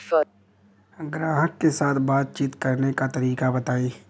ग्राहक के साथ बातचीत करने का तरीका बताई?